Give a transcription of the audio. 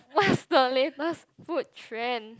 what's the latest food trend